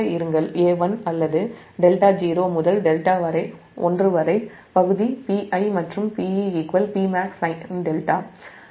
அது A1 அல்லது δ0 முதல் δ1 பகுதி வரை Pi மற்றும் Pe Pmaxsinδ சமமாக முடியும்